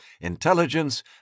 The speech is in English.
intelligence